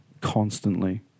constantly